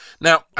now